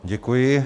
Děkuji.